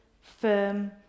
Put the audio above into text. firm